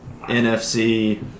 NFC